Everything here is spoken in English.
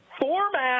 format